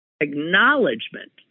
acknowledgement